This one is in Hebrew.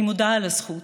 אני מודה על הזכות,